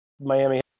Miami